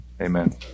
amen